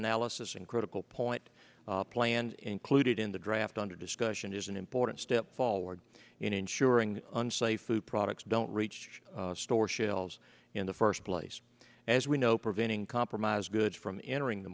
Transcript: analysis and critical point plan included in the draft under discussion is an important step forward in ensuring unsafe food products don't reach store shelves in the first place as we know preventing compromised goods from entering the